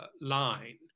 line